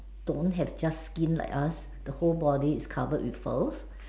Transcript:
don't have just skin like us the whole body is covered with fur